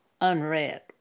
unread